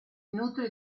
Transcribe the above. nutre